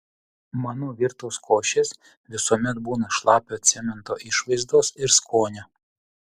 mano virtos košės visuomet būna šlapio cemento išvaizdos ir skonio